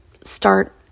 start